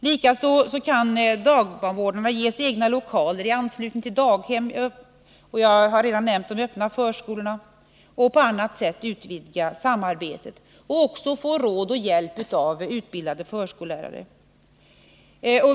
Likaså kan dagbarnvårdarna ges egna lokaler i anslutning till daghem — jag har redan nämnt de öppna förskolorna —, på annat sätt utvidga samarbetet och få råd och hjälp av utbildade förskollärare.